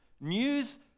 news